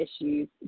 issues